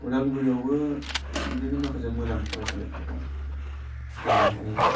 उदालगुरियावबो बिदिनो माखासे मोजां फरायसालिफोर दं जेरैहाय